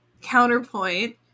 counterpoint